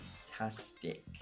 fantastic